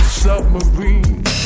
submarine